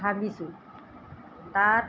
ভাবিছোঁ তাত